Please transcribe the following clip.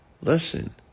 Listen